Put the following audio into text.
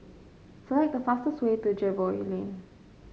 select the fastest way to Jervois Lane